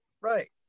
Right